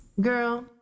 girl